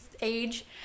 age